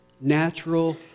natural